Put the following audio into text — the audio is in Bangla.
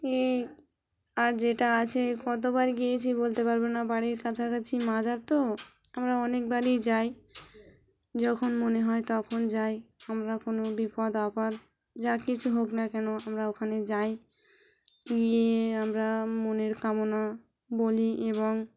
এই আর যেটা আছে কতবার গিয়েছি বলতে পারবো না বাড়ির কাছাকাছি মাজার তো আমরা অনেকবারই যাই যখন মনে হয় তখন যাই আমরা কোনো বিপদ আপদ যা কিছু হোক না কেন আমরা ওখানে যাই গিয়ে আমরা মনের কামনা বলি এবং